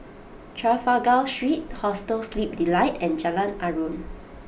Trafalgar Street Hostel Sleep Delight and Jalan Aruan